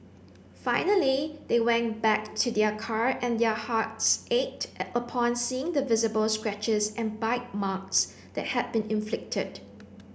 finally they went back to their car and their hearts ached upon seeing the visible scratches and bite marks that had been inflicted